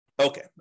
Okay